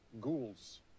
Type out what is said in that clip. Ghouls